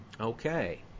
Okay